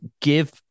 give